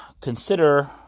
consider